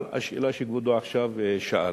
על השאלה שכבודו עכשיו שאל.